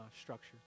structure